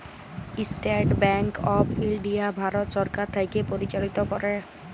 State bank of India Bharat সরকার থ্যাকে পরিচালিত ক্যরে